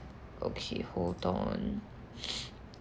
okay hold on